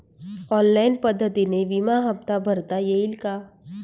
Online पद्धतीने विमा हफ्ता भरता येईल का?